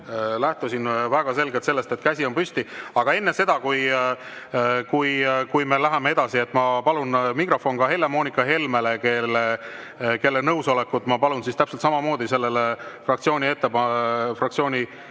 Lähtusin väga selgelt sellest, et käsi on püsti. Aga enne, kui me läheme edasi, ma palun mikrofoni Helle-Moonika Helmele, kelle nõusolekut ma palun täpselt samamoodi sellele fraktsiooni [ase]esimehe